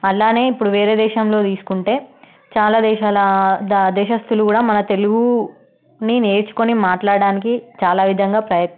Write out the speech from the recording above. అలానే ఇప్పుడు వేరే దేశంలో తీసుకుంటే చాలా దేశాల దా దేశస్తులు కూడా మన తెలుగుని నేర్చుకుని మాట్లాడడానికి చాలా విధంగా ప్రయ